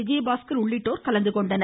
விஜயபாஸ்கர் உள்ளிட்டோர் கலந்துகொண்டனர்